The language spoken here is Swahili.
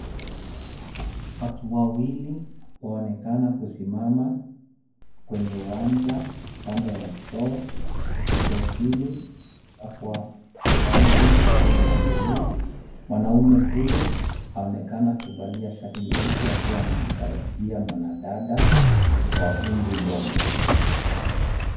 Watu wawili waonekana kusimama kwenye uwanja kando ya choo. Choo hili limepakwa rangi aina ya blue . Mwanaume huyu aonekana kuvalia shati nyeupe, akiwa amemkaribia mwanadada wa umri ndogo.